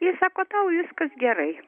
ir sako tau viskas gerai